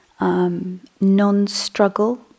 Non-struggle